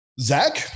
Zach